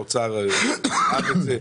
האוצר דאג לזה,